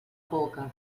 boca